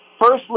Firstly